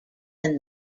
than